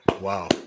Wow